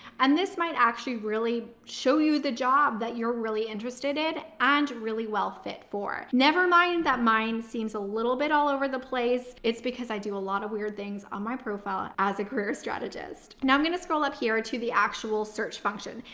and this might actually really show you the job that you're really interested and really well fit for. nevermind that mine seems a little bit all over the place. it's because i do a lot of weird things on my profile ah as a career strategist. now i'm going to scroll up here to the actual search function.